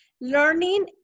Learning